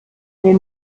den